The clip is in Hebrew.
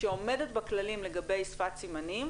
שעומדת בכללים לגבי שפת סימנים,